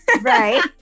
Right